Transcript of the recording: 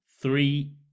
three